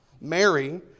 Mary